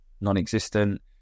non-existent